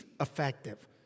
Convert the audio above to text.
effective